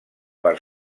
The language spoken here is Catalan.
per